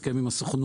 הסכם עם הסוכנות